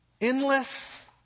endless